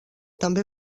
també